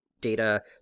Data